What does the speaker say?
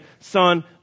son